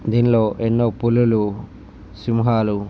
దీనిలో ఎన్నో పులులు సింహాలు